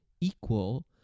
equal